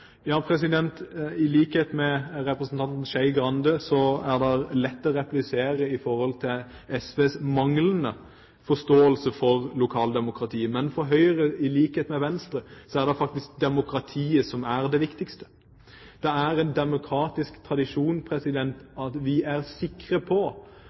I likhet med representanten Skei Grande er det lett å replisere i forhold til SVs manglende forståelse for lokaldemokratiet, men for Høyre, i likhet med Venstre, er faktisk demokratiet det viktigste. Det er en demokratisk tradisjon at vi er sikre på